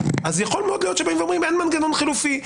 יכול מאוד להיות שבאים ואומרים שאין מנגנון חלופי,